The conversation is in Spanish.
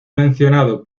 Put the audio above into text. mencionado